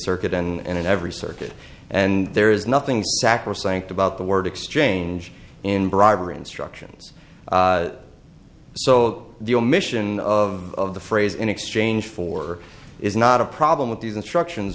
circuit and in every circuit and there is nothing sacrosanct about the word exchange in bribery in structure so the omission of the phrase in exchange for is not a problem with these instructions